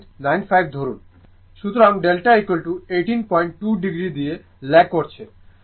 সুতরাং delta 182o দিয়ে lag করছে